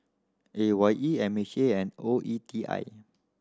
A Y E M H A and O E T I